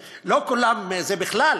בכלל,